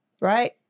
Right